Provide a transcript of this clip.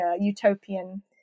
utopian